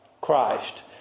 Christ